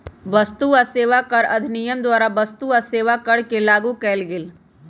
वस्तु आ सेवा कर अधिनियम द्वारा वस्तु आ सेवा कर के लागू कएल गेल